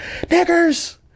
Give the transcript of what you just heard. niggers